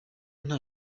nta